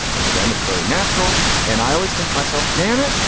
and to them it's very natural. and i always think myself, damn it.